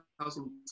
2010